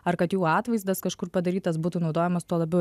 ar kad jų atvaizdas kažkur padarytas būtų naudojamas tuo labiau